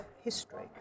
history